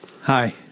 Hi